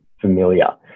familiar